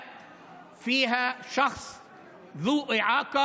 מאחר שהחוק הזה אנושי,